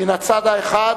מן הצד האחד,